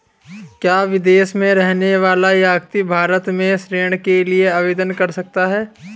क्या विदेश में रहने वाला व्यक्ति भारत में ऋण के लिए आवेदन कर सकता है?